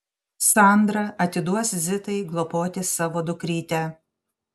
sandra atiduos zitai globoti savo dukrytę